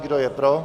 Kdo je pro?